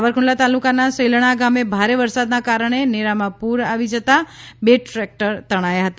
સાવરકુંડલા તાલુકાના શેલણા ગામે ભારે વરસાદના કારણે નેરામા પુર આવી જતાં બે ટ્રેકટર તણાયા હતા